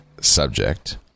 subject